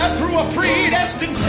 through a predestined